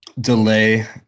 delay